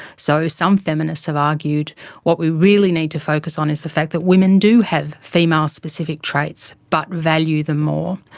so some feminists have argued that what we really need to focus on is the fact that women do have female specific traits, but value them more.